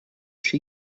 she